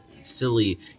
silly